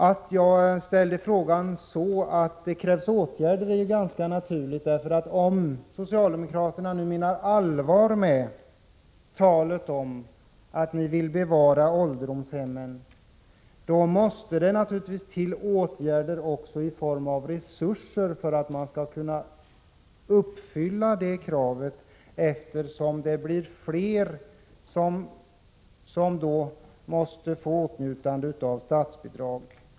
Att min fråga gällde vilka åtgärder statsrådet är beredd att vidta är ganska naturligt, för om ni socialdemokrater menar allvar med talet om att ni vill bevara ålderdomshemmen, måste det naturligtvis också till åtgärder i form av resurser för att kraven skall kunna uppfyllas; det blir ju fler som måste komma i åtnjutande av statsbidrag.